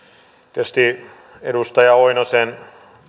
eiväthän edustaja oinosen